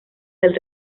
del